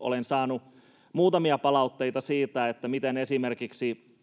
Olen saanut muutamia palautteita siitä, miten esimerkiksi